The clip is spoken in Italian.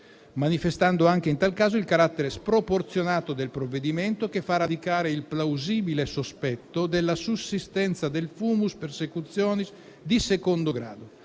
manifestando anche in tal caso il carattere sproporzionato del provvedimento che fa radicare il plausibile sospetto della sussistenza del *fumus persecutionis* di secondo grado.